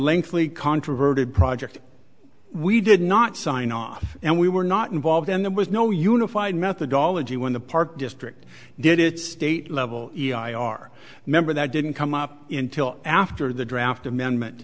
lengthly controverted project we did not sign off and we were not involved and there was no unified methodology when the park district did its state level e i our member that didn't come up in till after the draft amendment